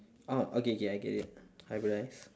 ah okay okay I get it hybridize